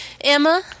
Emma